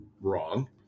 wrong